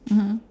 mmhmm